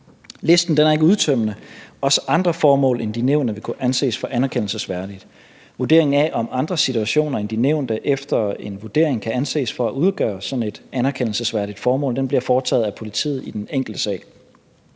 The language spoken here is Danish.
Listen er ikke udtømmende. Også andre formål end de nævnte vil kunne anses for anerkendelsesværdige. Vurderingen af, om andre situationer end de nævnte efter en vurdering kan anses for at udgøre sådan et anerkendelsesværdigt formål, bliver foretaget af politiet i den enkelte sag.